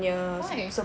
why